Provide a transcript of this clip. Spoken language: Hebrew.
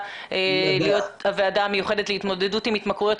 להיות הוועדה המיוחדת להתמודדות עם התמכרויות.